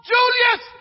Julius